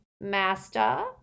Master